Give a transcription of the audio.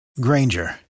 Granger